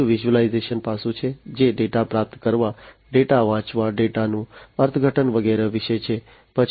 બીજું વિઝ્યુલાઇઝેશન પાસું છે જે ડેટા પ્રાપ્ત કરવા ડેટા વાંચવા ડેટાનું અર્થઘટન વગેરે વિશે છે